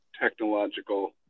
technological